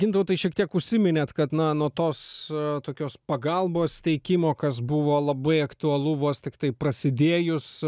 gintautai šiek tiek užsiminėt kad na nuo tos tokios pagalbos teikimo kas buvo labai aktualu vos tiktai prasidėjus